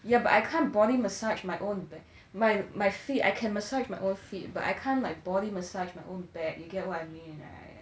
yeah but I can't body massage my own b~ my my feet I can massage my own feet but I can't like body massage my own back you get what I mean right